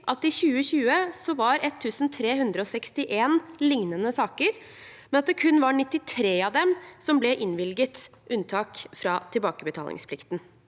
det i 2020 var 1 361 lignende saker, men at det kun i 93 av dem ble innvilget unntak fra tilbakebetalingsplikten.